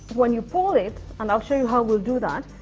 when you pull it and i'll show you how we'll do that,